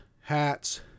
hats